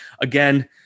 Again